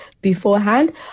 beforehand